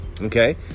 okay